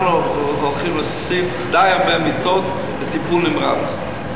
אנחנו הולכים להוסיף די הרבה מיטות לטיפול נמרץ.